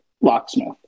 locksmith